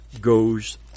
goes